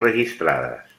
registrades